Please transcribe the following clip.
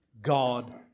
God